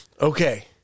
Okay